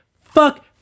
Fuck